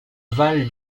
val